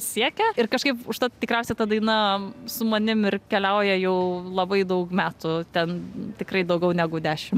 siekia ir kažkaip užtat tikriausiai ta daina su manim ir keliauja jau labai daug metų ten tikrai daugiau negu dešim